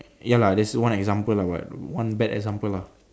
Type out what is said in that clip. ya lah that's one example but one bad example lah